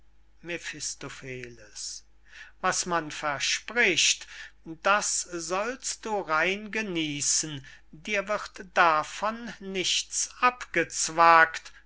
was man verspricht das sollst du rein genießen dir wird davon nichts